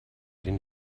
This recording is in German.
den